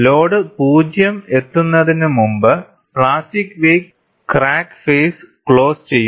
load 0 എത്തുന്നതിനുമുമ്പ് plastic wake crack faces close ചെയ്യുന്നു